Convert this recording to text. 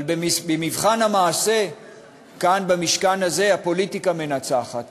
אבל במבחן המעשה כאן במשכן הזה הפוליטיקה מנצחת,